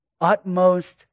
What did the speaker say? utmost